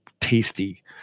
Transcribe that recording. tasty